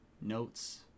notes